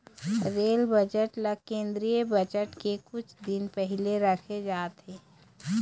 rail budget ल केंद्रीय budget के कुछ दिन पहिली राखे जाथे